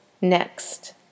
next